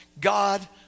God